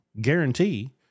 guarantee